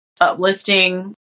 uplifting